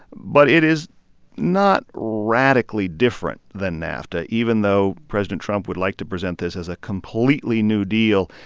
but it is not radically different than nafta. even though president trump would like to present this as a completely new deal,